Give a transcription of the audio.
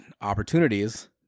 opportunities